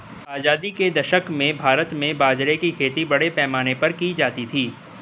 आजादी के दशक में भारत में बाजरे की खेती बड़े पैमाने पर की जाती थी